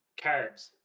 carbs